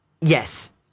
yes